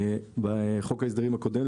בחוק ההסדרים הקודם,